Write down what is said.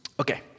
Okay